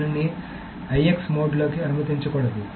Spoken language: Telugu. దీనిని IX మోడ్లోకి అనుమతించకూడదు